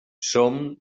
som